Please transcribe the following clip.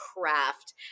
craft